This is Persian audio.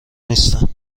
نیستن